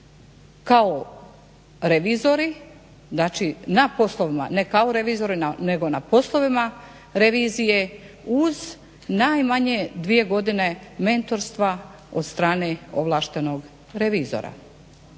kao revizori znači na poslovima ne kao revizori nego na poslovima revizije uz najmanje dvije godine mentorstva od strane ovlaštenog revizora.